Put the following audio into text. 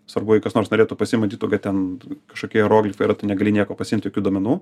svarbu jei kas nors norėtų pasiimt matytų kad ten kažkokie hieroglifai yra tu negali nieko pasiimt jokių duomenų